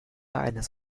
eines